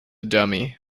dummy